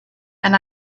and